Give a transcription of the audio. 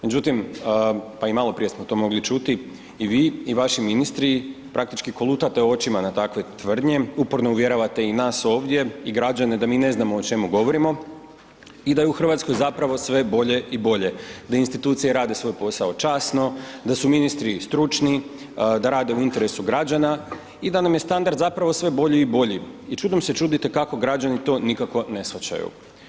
Međutim, pa i maloprije smo to mogli čuti i vi i vaši ministri praktički kolutate očima na takve tvrdnje, uporno uvjeravate i nas ovdje i građane da mi ne znamo o čemu govorimo i da je u Hrvatskoj zapravo sve bolje i bolje, da institucije rade svoj posao časno, da su ministri stručni, da rade u interesu građana i da nam je standard sve bolji i bolji i čudom se čudite kako građani to nikako ne shvaćaju.